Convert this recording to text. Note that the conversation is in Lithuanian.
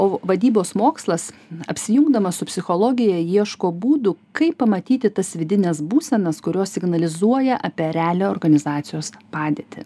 o vadybos mokslas apsijungdamas su psichologija ieško būdų kaip pamatyti tas vidines būsenas kurios signalizuoja apie realią organizacijos padėtį